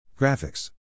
Graphics